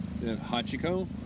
hachiko